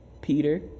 Peter